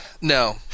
No